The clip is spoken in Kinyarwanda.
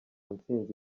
nsinzi